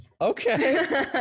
okay